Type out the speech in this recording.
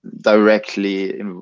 directly